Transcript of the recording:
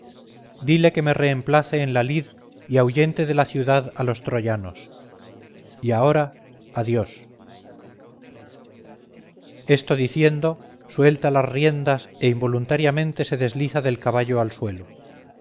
dile que me reemplace en la lid y ahuyente de la ciudad a los troyanos y ahora adiós esto diciendo suelta las riendas e involuntariamente se desliza del caballo al suelo